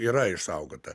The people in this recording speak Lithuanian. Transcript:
yra išsaugota